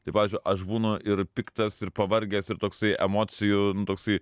tai pavyzdžiui aš būnu ir piktas ir pavargęs ir toksai emocijų nu toksai